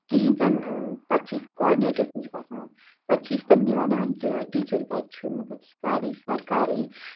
کِہیٖنۍ تہِ نہٕ پَتہٕ چھِ أسۍ کاڈنیٹرَس نِش گژھان پَتہٕ چھِ أسۍ تِمنٕے وَنان کہِ ٹیٖچَر کَتہِ چھُ مطلب سُہ کَر یی سَر کَر یی